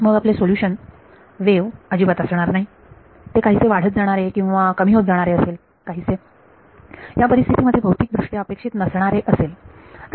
मग आपले solution wave अजिबात असणार नाही ते काहीसे वाढत जाणारे किंवा कमी होत जाणारे असेल काहीसे ह्या परिस्थितीमध्ये भौतिकदृष्ट्या अपेक्षित नसणारे असेल